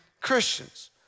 Christians